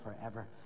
forever